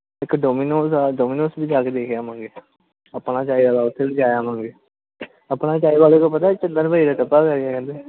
ਇੱਕ ਡੋਮੀਨੋਜ ਆ ਡੋਮੀਨੋਸ ਵੀ ਜਾ ਕੇ ਦੇਖ ਆਵਾਂਗੇ ਆਪਣਾ ਚਾਹੇ ਜਿਆਦਾ ਉਥੇ ਜਾਇਆਵਾਂਗੇ ਆਪਣਾ ਚਾਏ ਵਾਲੇ ਕੋ ਪਤਾ